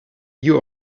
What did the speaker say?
you